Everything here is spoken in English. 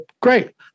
great